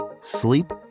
sleep